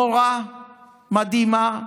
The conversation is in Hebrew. מורה מדהימה,